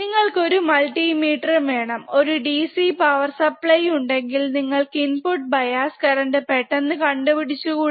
നിങ്ങൾക് ഒരു മൾട്ടിമേറ്റെരം വേണം ഒരു DC പവർസ്പ്ലൈൻ ഉണ്ടെങ്കിൽ നിങ്ങൾക് ഇൻപുട് ബയാസ് കറന്റ് പെട്ടന്ന് കണ്ടുപിടിച്ചുകൂടെ